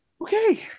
Okay